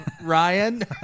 Ryan